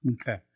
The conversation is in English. Okay